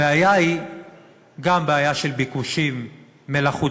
הבעיה היא גם בעיה של ביקושים מלאכותיים,